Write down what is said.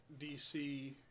DC